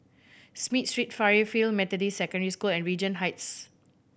Smith Street Fairfield Methodist Secondary School and Regent Heights